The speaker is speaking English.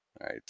right